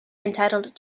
entitled